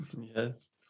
Yes